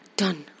done